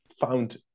found